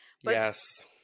yes